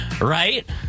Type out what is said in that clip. right